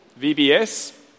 VBS